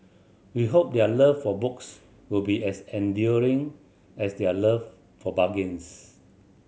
we hope their love for books will be as enduring as their love for bargains